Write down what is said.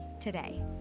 today